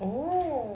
oh